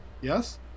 yes